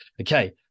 okay